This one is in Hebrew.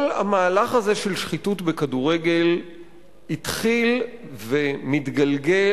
כל המהלך הזה של שחיתות בכדורגל התחיל ומתגלגל